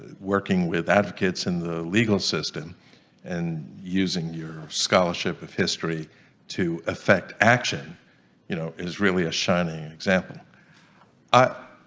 ah working with advocates in the legal system and using your scholarship of history to affect action you know is really a shining example i